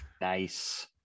Nice